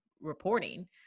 reporting